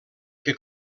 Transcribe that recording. que